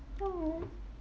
!aww!